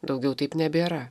daugiau taip nebėra